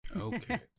Okay